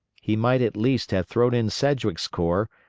he might at least have thrown in sedgwick's corps,